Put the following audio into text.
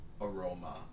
aroma